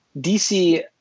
DC